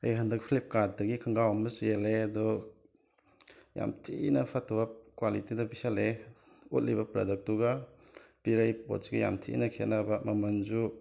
ꯑꯩ ꯍꯟꯗꯛ ꯐ꯭ꯂꯤꯞꯀꯥꯔꯠꯇꯒꯤ ꯈꯣꯡꯒ꯭ꯔꯥꯎ ꯑꯃ ꯆꯦꯜꯂꯦ ꯑꯗꯣ ꯌꯥꯝꯅ ꯊꯤꯅ ꯐꯠꯇꯕ ꯀ꯭ꯋꯥꯂꯤꯇꯤꯗ ꯄꯤꯁꯜꯂꯛꯑꯦ ꯎꯠꯂꯤꯕ ꯄ꯭ꯔꯗꯛꯇꯨꯒ ꯄꯤꯔꯛꯏ ꯄꯣꯠꯁꯤꯒ ꯌꯥꯝꯅ ꯊꯤꯅ ꯈꯦꯠꯅꯕ ꯃꯃꯜꯁꯨ